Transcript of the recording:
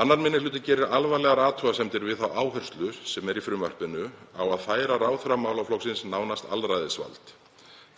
2. minni hluti gerir alvarlegar athugasemdir við þá áherslu sem er í frumvarpinu á að færa ráðherra málaflokksins nánast alræðisvald.